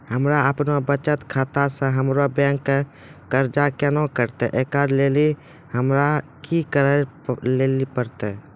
हमरा आपनौ बचत खाता से हमरौ बैंक के कर्जा केना कटतै ऐकरा लेली हमरा कि करै लेली परतै?